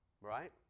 Right